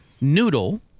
Noodle